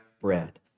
bread